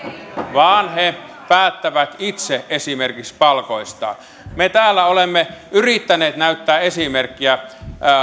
vaan he päättävät itse esimerkiksi palkoistaan me täällä olemme yrittäneet näyttää esimerkkiä